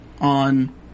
on